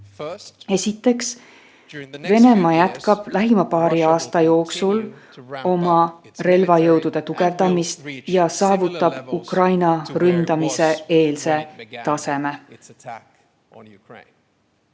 Esiteks, Venemaa jätkab lähima paari aasta jooksul oma relvajõudude tugevdamist ja saavutab Ukraina ründamise eelse taseme.